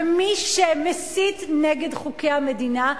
ומי שמסית נגד חוקי המדינה,